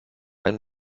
einem